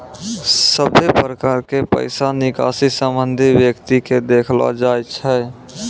सभे प्रकार के पैसा निकासी संबंधित व्यक्ति के देखैलो जाय छै